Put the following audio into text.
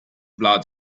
blood